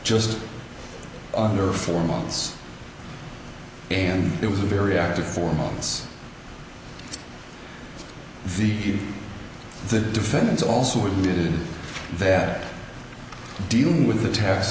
just under four months and it was a very active four months the the defendants also admitted that dealing with the tax